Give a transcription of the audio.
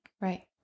Right